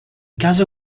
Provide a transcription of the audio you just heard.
caso